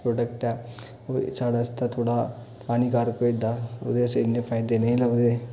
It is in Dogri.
प्रोडक्ट ऐ ओह् बी साढ़े आस्ते थोह्ड़ा हानिकारक होई दा ओह्दे असें ई इ'न्ने फायदे नेईं लभदे